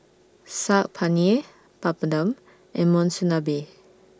Saag Paneer Papadum and Monsunabe